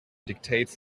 dictates